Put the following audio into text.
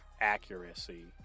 accuracy